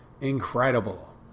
incredible